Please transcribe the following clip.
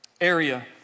area